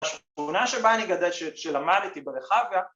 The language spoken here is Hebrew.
‫השכונה שבה אני.. ‫שלמדלתי בה רחביה...